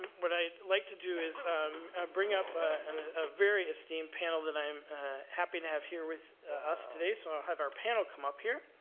what i'd like to do is bring up and a very esteemed panel that i am happy to have here with us today, so i'll have our panel come up here.